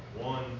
One